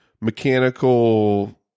mechanical